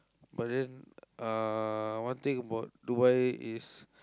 but then uh one thing about Dubai is